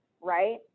right